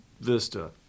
Vista